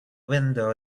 window